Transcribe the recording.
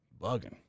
bugging